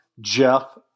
Jeff